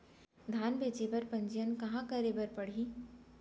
धान बेचे बर पंजीयन कहाँ करे बर पड़ही?